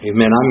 Amen